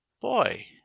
Boy